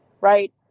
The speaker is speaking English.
right